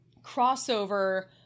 crossover